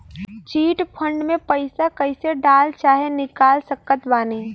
Chit fund मे पईसा कईसे डाल चाहे निकाल सकत बानी?